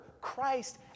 Christ